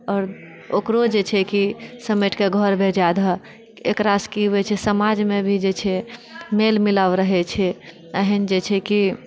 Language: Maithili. आओर ओकरो जे छै कि समेटके घर भेजा दहऽ एकरा से की होइत छै समाजमे भी छै मेल मिलाव रहैत छै एहन जे छै कि